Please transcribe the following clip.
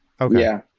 Okay